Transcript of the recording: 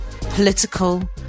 political